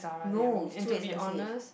no it's too expensive